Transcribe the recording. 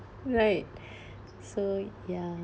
right so ya